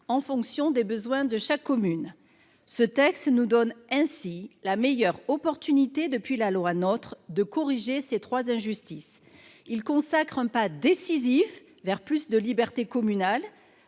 en fonction des besoins de chaque commune. Ce texte nous offre ainsi la meilleure opportunité depuis l’adoption de la loi NOTRe de corriger ces trois injustices. Il consacre un pas décisif vers plus de liberté communale.